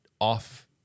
off